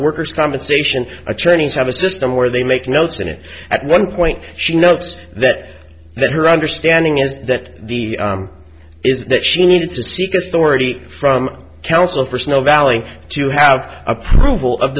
workers compensation attorneys have a system where they make notes in it at one point she notes that their understanding is that the is that she needed to seek authority from counsel for snow valley to have approval of